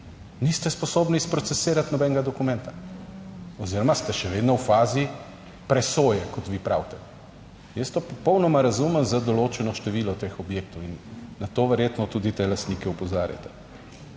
niste sposobni sprocesirati nobenega dokumenta oziroma ste še vedno v fazi presoje, kot vi pravite. Jaz to popolnoma razumem za določeno število teh objektov in na to verjetno tudi te lastnike opozarjate.